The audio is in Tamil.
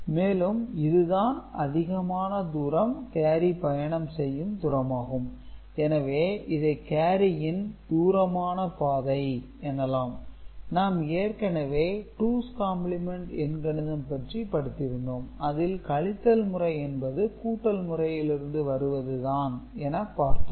மேலும் இது தான் அதிகமான தூரம் கேரி பயணம் செய்யும் தூரம் ஆகும் எனவே இதை கேரியின் தூரமான பாதை எனலாம் நாம் ஏற்கனவே டூஸ் காம்ப்ளிமென்ட் எண்கணிதம் பற்றி படித்திருந்தோம் அதில் கழித்தல் முறை என்பது கூட்டல் முறையில் இருந்து வருவதுதான் என பார்த்தோம்